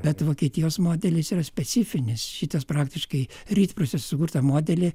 bet vokietijos modelis yra specifinis šitas praktiškai rytprūsių sukurtą modelį